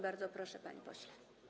Bardzo proszę, panie pośle.